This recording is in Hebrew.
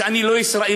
שאני לא ישראלי?